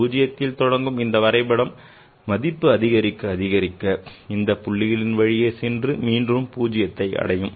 பூஜ்ஜியத்தில் தொடங்கும் இந்த வரைபடம் மதிப்பு அதிகரிக்க அதிகரிக்க இந்தப் புள்ளிகளின் வழியே சென்று மீண்டும் பூஜ்ஜியத்தை அடையும்